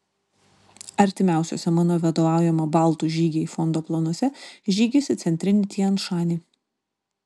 artimiausiuose mano vadovaujamo baltų žygiai fondo planuose žygis į centrinį tian šanį